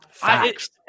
facts